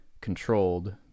controlled